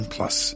Plus